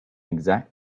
exact